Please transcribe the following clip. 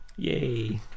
yay